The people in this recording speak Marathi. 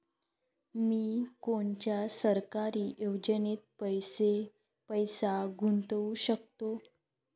मी कोनच्या सरकारी योजनेत पैसा गुतवू शकतो?